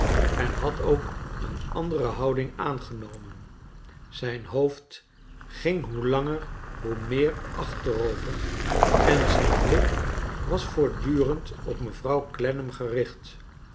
en had ook een andere houding aangenomen zijn hoofd ging hoe langer hoe meer achterover en zijn blik was voortdurend op mevrouw clennam gericht